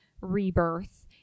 rebirth